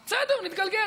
בסדר, נתגלגל.